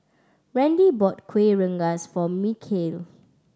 Randy bought Kueh Rengas for Michale